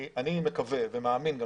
וגם מאמין,